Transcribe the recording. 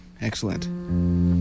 Excellent